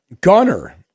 Gunner